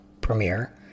premiere